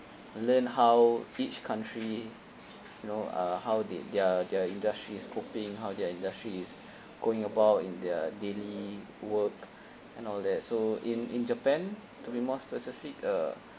learn how each country you know uh how they their their industries coping how their industries going about in their daily work and all that so in in japan to be more specific uh